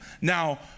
Now